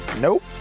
Nope